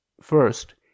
first